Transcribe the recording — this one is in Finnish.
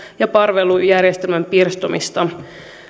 ja palvelujärjestelmän pirstomista